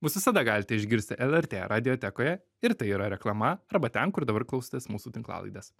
mus visada galite išgirsti lrt radiotekoje ir tai yra reklama arba ten kur dabar klausotės mūsų tinklalaidės